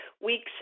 weeks